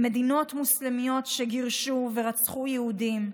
במדינות מוסלמיות שגירשו ורצחו יהודים: